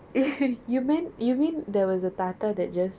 eh you meant you mean there was a தாத்தா:tatha that just